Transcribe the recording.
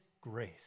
grace